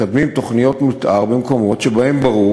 מקדמים תוכניות מתאר במקומות שבהם ברור